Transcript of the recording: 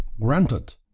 Granted